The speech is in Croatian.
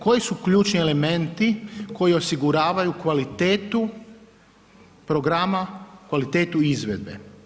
Koji su ključni elementi koji osiguravaju kvalitetu programa, kvalitetu izvedbe.